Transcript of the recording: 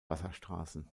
wasserstraßen